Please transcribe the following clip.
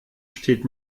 steht